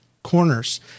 corners